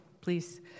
please